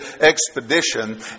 expedition